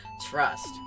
Trust